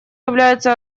является